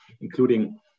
including